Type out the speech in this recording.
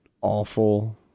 awful